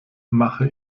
mache